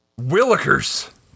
Willikers